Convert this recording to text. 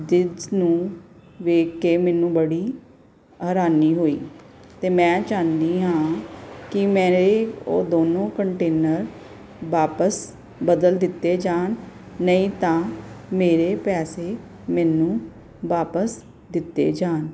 ਜਿਸ ਨੂੰ ਵੇਖ ਕੇ ਮੈਨੂੰ ਬੜੀ ਹੈਰਾਨੀ ਹੋਈ ਅਤੇ ਮੈਂ ਚਾਹੁੰਦੀ ਹਾਂ ਕਿ ਮੇਰੇ ਉਹ ਦੋਨੋਂ ਕੰਟੇਨਰ ਵਾਪਸ ਬਦਲ ਦਿੱਤੇ ਜਾਣ ਨਹੀਂ ਤਾਂ ਮੇਰੇ ਪੈਸੇ ਮੈਨੂੰ ਵਾਪਸ ਦਿੱਤੇ ਜਾਣ